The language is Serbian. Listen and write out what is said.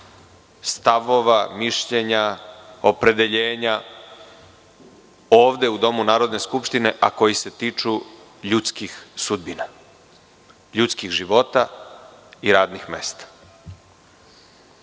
stavova, mišljenja, opredeljenja ovde u Domu Narodne skupštine, a koji se tiču ljudskih sudbina, ljudskih života i radnih mesta. Mislim